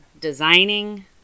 designing